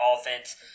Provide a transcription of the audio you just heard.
offense